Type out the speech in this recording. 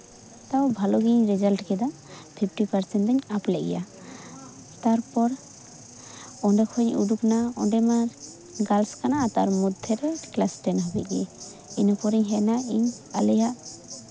ᱛᱟᱣ ᱵᱷᱟᱹᱞᱤ ᱜᱤᱧ ᱨᱮᱡᱟᱞᱴ ᱠᱮᱫᱟ ᱯᱷᱤᱯᱴᱤ ᱯᱟᱨᱥᱮᱱ ᱫᱚᱧ ᱟᱯ ᱞᱮᱜ ᱜᱮᱭᱟ ᱛᱟᱨᱯᱚᱨ ᱚᱸᱰᱮ ᱠᱷᱚᱡ ᱤᱧ ᱩᱰᱩᱱᱟ ᱚᱸᱰᱮ ᱢᱟ ᱜᱟᱨᱞᱥ ᱠᱟᱱᱟ ᱛᱟᱨ ᱢᱚᱫᱽᱫᱷᱮ ᱨᱮ ᱠᱞᱟᱥ ᱴᱮᱱ ᱦᱟᱹᱵᱤᱡ ᱜᱮ ᱤᱱᱟᱹ ᱯᱚᱨᱮᱧ ᱦᱮᱡ ᱱᱟ ᱤᱧ ᱟᱞᱮᱭᱟᱜ